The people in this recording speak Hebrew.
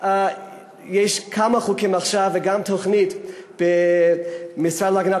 יש כמה חוקים עכשיו וגם תוכנית במשרד להגנת